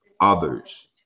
others